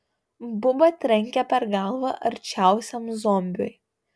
buba trenkė per galvą arčiausiam zombiui